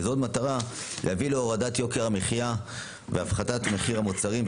זאת במטרה להביא להורדת יוקר המחיה והפחתת מחיר המוצרים,